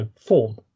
form